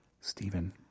Stephen